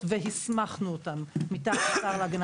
והסמכנו אותם מטעם השר להגנת הסביבה.